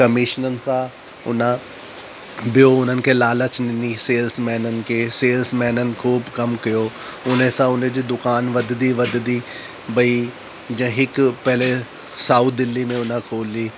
कमीशिननि सां हुन बियो उन्हनि खे लालच ॾिनी सेल्समेननि खे सेल्समेननि ख़ूबु कमु कयो हुन सां हुनजी दुकान वधंदी वधंदी भई जंहिं हिकु पहले साऊथ दिल्ली में हुन खोली